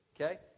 okay